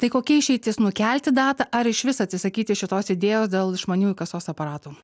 tai kokia išeitis nukelti datą ar iš vis atsisakyti šitos idėjos dėl išmaniųjų kasos aparatų